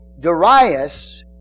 Darius